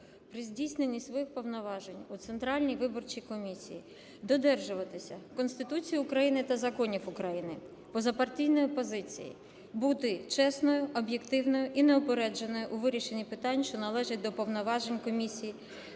при здійсненні своїх повноважень у Центральній виборчій комісії додержуватися Конституції та законів України, позапартійної позиції, бути чесною, об'єктивною і неупередженої у вирішенні питань, що належать до повноважень комісії,